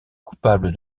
coupable